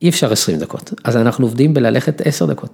אי אפשר 20 דקות, אז אנחנו עובדים בללכת 10 דקות.